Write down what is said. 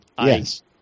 Yes